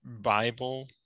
Bible